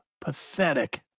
pathetic